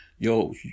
Yo